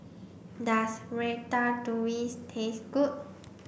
does Ratatouille taste good